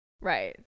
Right